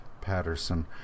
Patterson